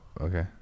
Okay